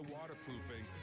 Waterproofing